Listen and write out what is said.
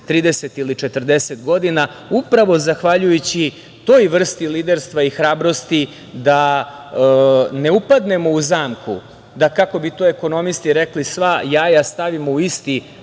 30 ili 40 godina upravo zahvaljujući toj vrsti liderstva i hrabrosti da ne upadnemo u zamku da, kako bi to ekonomisti rekli, sva jaja stavimo u istu